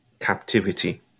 Captivity